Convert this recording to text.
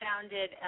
founded